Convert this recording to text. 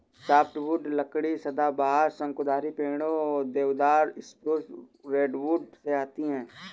softwood लकड़ी सदाबहार, शंकुधारी पेड़ों, देवदार, स्प्रूस, रेडवुड से आती है